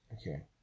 Okay